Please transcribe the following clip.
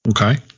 Okay